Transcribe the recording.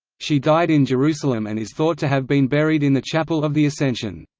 she died in jerusalem and is thought to have been buried in the chapel of the ascension.